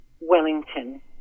Wellington